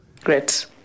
Great